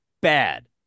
bad